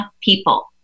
people